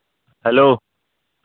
hello